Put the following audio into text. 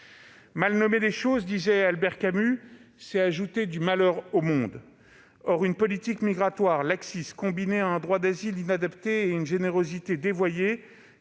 « Mal nommer les choses, disait Albert Camus, c'est ajouter au malheur du monde ». Or une politique migratoire laxiste combinée à un droit d'asile inadapté et à une générosité dévoyée